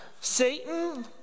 Satan